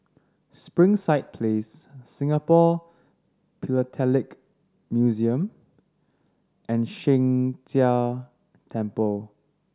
Springside Place Singapore Philatelic Museum and Sheng Jia Temple